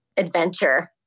Adventure